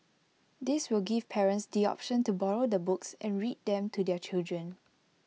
this will give parents the option to borrow the books and read them to their children